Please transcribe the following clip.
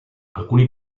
alcuni